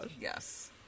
yes